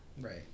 Right